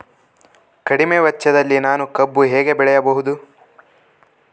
ಕಡಿಮೆ ವೆಚ್ಚದಲ್ಲಿ ನಾನು ಕಬ್ಬು ಹೇಗೆ ಬೆಳೆಯಬಹುದು?